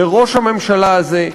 לראש הממשלה הזה,